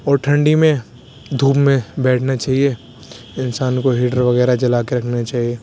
اور ٹھنڈی میں دھوپ میں بیٹھنا چاہیے انسان کو ہیٹر وغیرہ جلا کے رکھنا چاہیے